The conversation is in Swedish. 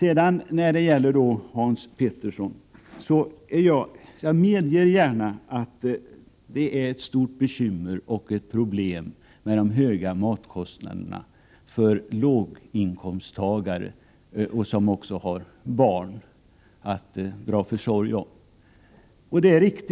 Jag medger gärna, Hans Petersson i Hallstahammar, att problemet med de höga matkostnaderna för låginkomsttagare som har barn att dra försorg om är ett stort bekymmer.